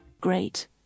Great